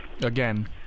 again